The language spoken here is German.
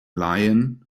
laien